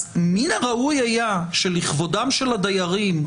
אז מן הראוי היה שלכבודם של הדיירים,